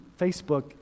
Facebook